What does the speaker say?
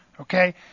okay